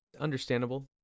Understandable